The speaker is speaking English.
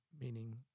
meaning